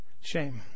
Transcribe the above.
shame